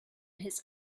his